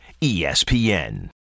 ESPN